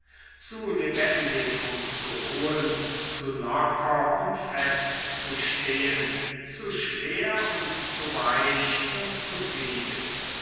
zu lebendig um zu ruhen zu locker um fest zu stehen zu schwer und zu weich um zu fliegen